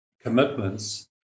commitments